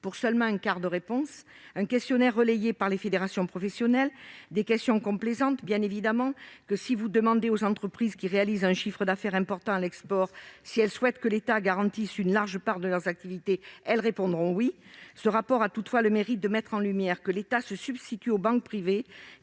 et seulement un quart de réponses obtenues ; un questionnaire relayé par les fédérations professionnelles et des questions complaisantes. Si vous demandez aux entreprises qui réalisent un important chiffre d'affaires à l'export si elles souhaitent que l'État garantisse une large part de leurs activités, elles répondront oui, évidemment ! Ce rapport a toutefois le mérite de mettre en lumière que l'État se substitue aux banques privées